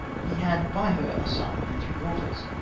he had by her a son and three daughters.